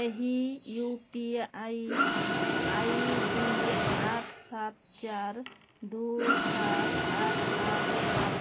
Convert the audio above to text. ଏହି U P I I D ଆଠ ସାତ ଚାରି ଦୁଇ ସାତ ଆଠ ଆଠ ଆଠ